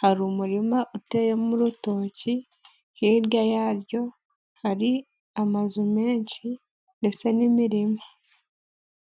hari umurima uteyemo urutoki. Hirya yaryo hari amazu menshi ndetse n'imirima.